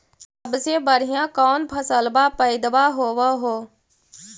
सबसे बढ़िया कौन फसलबा पइदबा होब हो?